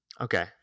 okay